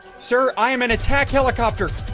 sir. i am an attack helicopter